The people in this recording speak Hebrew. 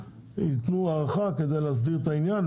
יתנו הארכה כדי להסדיר את העניין,